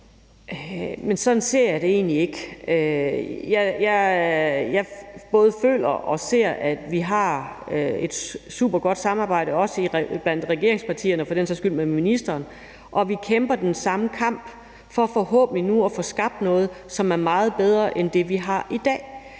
Men sådan ser jeg det egentlig ikke. Jeg både føler og ser, at vi har et supergodt samarbejde, også blandt regeringspartierne og for den sags skyld med ministeren, og vi kæmper den samme kamp for forhåbentlig nu at få skabt noget, som er meget bedre end det, vi har i dag.